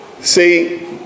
See